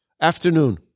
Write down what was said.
Afternoon